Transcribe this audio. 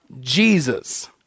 Jesus